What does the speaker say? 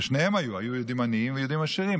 ושניהם היו, היו יהודים עניים והיו יהודים עשירים.